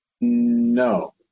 No